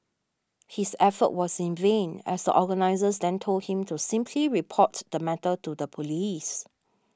his effort was in vain as the organisers then told him to simply report the matter to the police